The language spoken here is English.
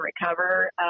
recover